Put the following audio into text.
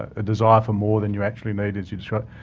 a desire for more than you actually need as you described,